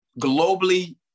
Globally